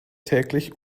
täglich